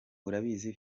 urabizi